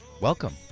Welcome